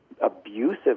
abusive